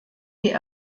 die